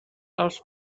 els